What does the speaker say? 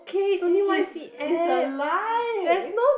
it is it's a lie eh